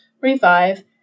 revive